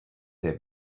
the